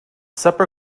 supper